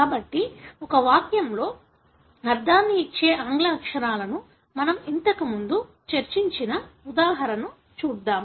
కాబట్టి ఒక వాక్యంలో అర్థాన్ని ఇచ్చే ఆంగ్ల అక్షరాలను మనం ఇంతకు ముందు చర్చించిన ఉదాహరణను చూద్దాం